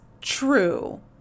true